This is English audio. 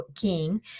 king